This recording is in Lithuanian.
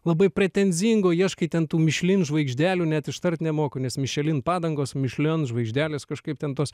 labai pretenzingo ieškai ten tų mišlin žvaigždelių net ištart nemoku nes mišelin padangos mišlen žvaigždės kažkaip ten tos